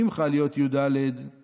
אם חל להיות י"ד באדר,